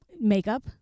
makeup